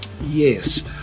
yes